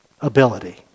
ability